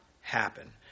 happen